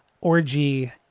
Orgy